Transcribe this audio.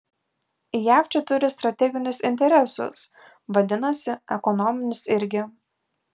jav čia turi strateginius interesus vadinasi ekonominius irgi